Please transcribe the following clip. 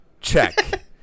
check